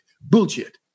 bullshit